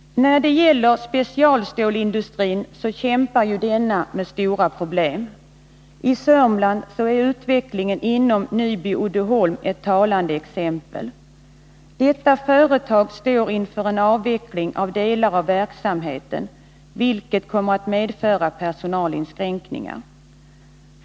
Specialstålsindustrin kämpar ju med stora problem. För oss i Sörmland är utvecklingen inom Nyby Uddeholm ett talande exempel. Detta företag står inför en avveckling av delar av verksamheten som kommer att medföra personalinskränkningar.